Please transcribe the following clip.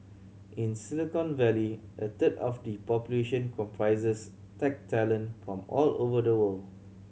in Silicon Valley a third of the population comprises tech talent from all over the world